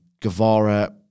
Guevara